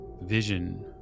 vision